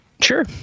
Sure